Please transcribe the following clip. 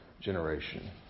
generation